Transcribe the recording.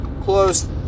close